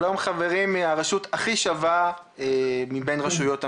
שלום לחברי מהרשות הכי שווה מבין רשויות המדינה,